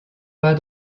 pas